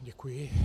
Děkuji.